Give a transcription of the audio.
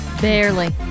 Barely